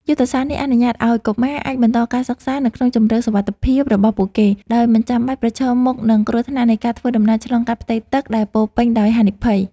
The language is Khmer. យុទ្ធសាស្ត្រនេះអនុញ្ញាតឱ្យកុមារអាចបន្តការសិក្សានៅក្នុងជម្រកសុវត្ថិភាពរបស់ពួកគេ ដោយមិនចាំបាច់ប្រឈមមុខនឹងគ្រោះថ្នាក់នៃការធ្វើដំណើរឆ្លងកាត់ផ្ទៃទឹកដែលពោរពេញដោយហានិភ័យ។